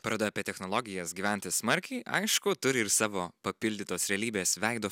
paroda apie technologijas gyventi smarkiai aišku turi ir savo papildytos realybės veido